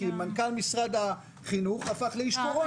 כי מנכ"ל משרד החינוך הפך לאיש קורונה.